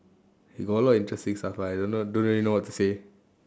I got a lot of interesting stuff but I don't know don't really know what to say